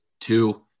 Two